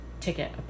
ticket